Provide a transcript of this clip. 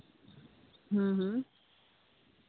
ᱦᱮᱸ ᱦᱮᱸ